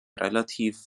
relativ